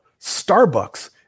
Starbucks